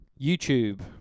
YouTube